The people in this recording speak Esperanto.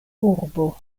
urbo